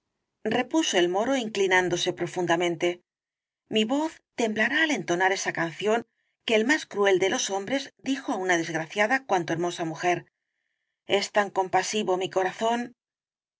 señorrepuso el moro inclinándose profundamente mi voz temblará al entonar esa c a n ción que el más cruel de los hombres dijo á una desgraciada cuanto hermosa mujer es tan compasivo mi corazón